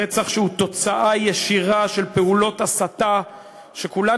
רצח שהוא תוצאה ישירה של פעולות הסתה שכולן